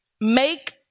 make